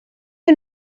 you